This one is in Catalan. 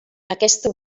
aquesta